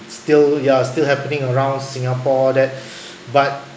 still ya still happening around singapore all that but